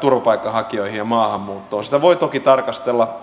turvapaikanhakijoihin ja maahanmuuttoon sitä voi toki tarkastella